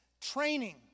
training